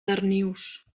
darnius